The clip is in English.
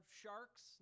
sharks